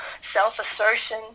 self-assertion